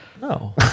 No